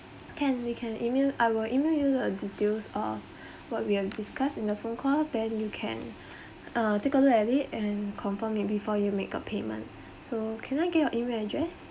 can you can email I will email you the details uh what we will discuss in the phone call then you can uh take a look at it and confirm maybe before you make a payment so can I get your email address